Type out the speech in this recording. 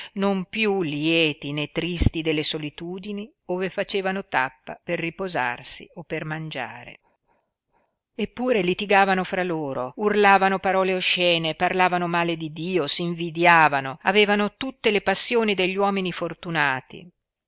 non piú lieti né tristi delle solitudini ove facevano tappa per riposarsi o per mangiare eppure litigavano fra loro urlavano parole oscene parlavano male di dio si invidiavano avevano tutte le passioni degli uomini fortunati